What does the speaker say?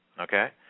Okay